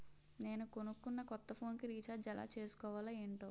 నేను కొనుకున్న కొత్త ఫోన్ కి రిచార్జ్ ఎలా చేసుకోవాలో ఏంటో